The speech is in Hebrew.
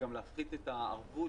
וגם להפחית את הערבות,